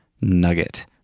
nugget